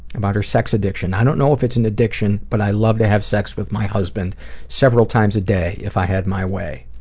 about her sex addiction i don't know if it's an addiction but i love to have sex with my husband several times a day if i had my way.